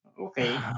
okay